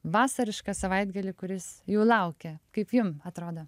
vasarišką savaitgalį kuris jų laukia kaip jum atrodo